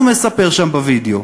הוא מספר שם בווידיאו,